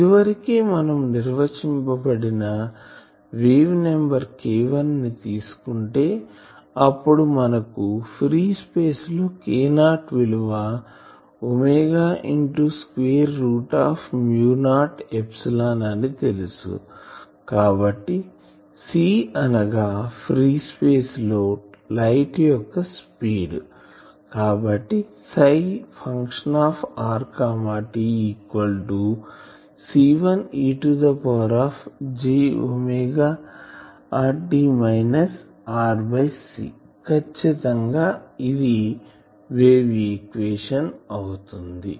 ఇది వరకే మనం నిర్వచింపబడిన వేవ్ నెంబర్ K1 ని తీసుకుంటే అప్పుడు మనకు ఫ్రీ స్పేస్ లో Ko విలువ omega into square root of mu naught epsilon అని తెలుసు కాబట్టి C అనగా ఫ్రీ స్పేస్ లో లైట్ యొక్క స్పీడ్ కాబట్టి Ψrt C 1 e jwt rc ఖచ్చితం గా ఇది వేవ్ ఈక్వేషన్ అవుతుంది